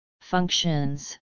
functions